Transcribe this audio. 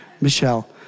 Michelle